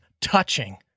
touching